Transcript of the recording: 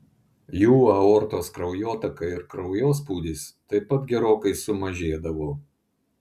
jų aortos kraujotaka ir kraujospūdis taip pat gerokai sumažėdavo